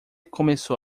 começou